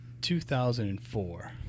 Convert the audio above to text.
2004